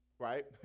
Right